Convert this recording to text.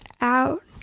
out